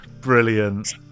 Brilliant